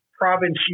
province